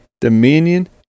dominion